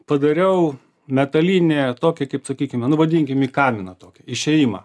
padariau metalinį tokį kaip sakykime nu vadinkim jį kaminą tokį išėjimą